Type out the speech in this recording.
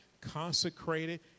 consecrated